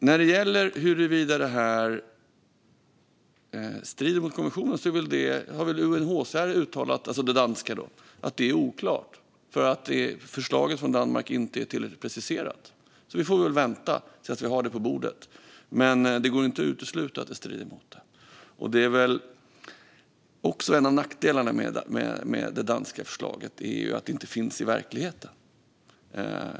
När det gäller huruvida det danska förslaget strider mot konventionen har UNHCR uttalat att det är oklart eftersom förslaget från Danmark inte är tillräckligt preciserat. Vi får väl vänta tills vi har det på bordet. Men det går inte att utesluta att det strider mot konventionen. Att det inte finns i verkligheten är också en av nackdelarna med det danska förslaget i EU.